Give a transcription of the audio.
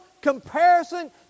comparison